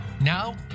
Now